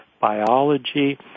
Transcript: biology